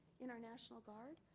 in our national guard,